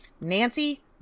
Nancy